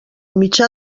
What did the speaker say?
mitjà